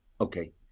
Okay